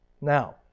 Now